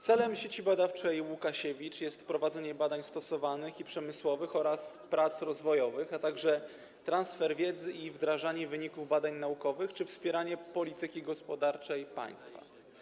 Celem Sieci Badawczej: Łukasiewicz jest prowadzenie badań stosowanych i przemysłowych oraz prac rozwojowych, a także transfer wiedzy i wdrażanie wyników badań naukowych czy wspieranie polityki gospodarczej państwa.